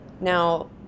now